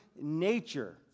nature